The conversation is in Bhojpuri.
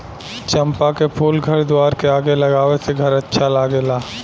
चंपा के फूल घर दुआर के आगे लगावे से घर अच्छा लागेला